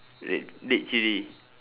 re~ red chilli